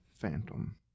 Phantom